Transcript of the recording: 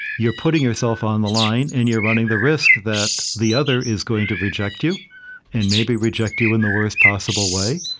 you're putting yourself on the line and you're running the risk that the other is going to reject you and maybe reject you in the worst possible way.